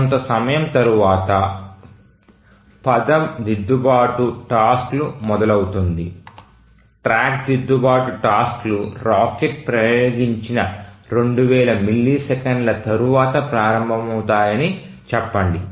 కొంత సమయం తరువాత పథం దిద్దుబాటు టాస్క్లు మొదలవుతుంది ట్రాక్ దిద్దుబాటు టాస్క్లు రాకెట్ ప్రయోగించిన 2000 మిల్లీసెకన్ల తరువాత ప్రారంభమవుతాయని చెప్పండి